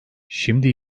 şimdi